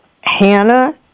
Hannah